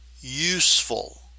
useful